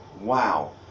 Wow